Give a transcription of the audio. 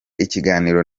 ikiganiro